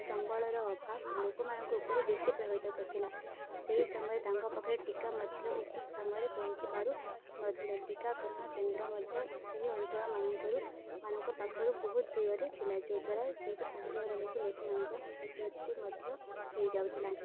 ସମ୍ବଳର ଅଭାବ ଲୋକମାନଙ୍କ ଉପରେ ବେଶୀ ପ୍ରଭାବିତ କରିଥିଲା ସେହି ସମୟରେ ତାଙ୍କ ପାଖରେ ଟୀକା ମଧ୍ୟ ଉଚିତ୍ ସମୟରେ ପହଞ୍ଚି ପାରୁନଥିଲା ଟୀକାକରଣ କେନ୍ଦ୍ର ମଧ୍ୟ ସେହି ଅଞ୍ଚଳମାନଙ୍କରୁ ମାନଙ୍କ ପାଖରୁ ବହୁତ ଦୂରରେ ଥିଲା ଯୋଦ୍ୱାରା ସେଇଠି ବେଳକୁ ଲୋକମାନଙ୍କର ମୃତ୍ୟୁ ମଧ୍ୟ ହେଇଯାଉଥିଲା